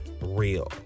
real